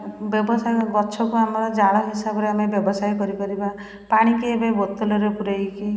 ବ୍ୟବସାୟ ଗଛକୁ ଆମର ଜାଳ ହିସାବରେ ଆମେ ବ୍ୟବସାୟ କରିପାରିବା ପାଣିକି ଏବେ ବୋତଲରେ ପୁରେଇକି